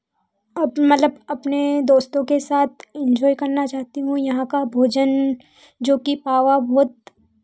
मतलब अपने दोस्तों के साथ एन्जॉय करना चाहती हूँ यहाँ का भोजन जो कि पावा बहुत